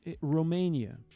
Romania